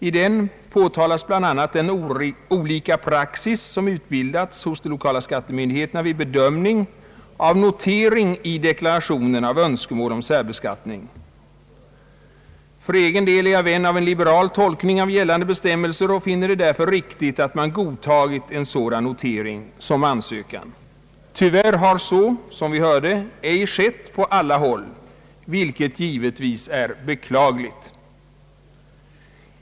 I den påtalas bl a. den olika praxis som utbildats hos: de lokala skattemyndigheterna vid bedömning av noteringar i deklarationerna rörande önskemål om särbeskattning. Jag är för egen del vän av en liberal tolkning av gällande bestämmelser och finner det därför riktigt att man godtagit en sådan notering som ansökan. Tyvärr har, som vi hörde, så ej skett på alla håll, vilket givetvis är beklagligt.